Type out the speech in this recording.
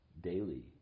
daily